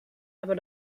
aber